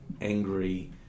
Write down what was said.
angry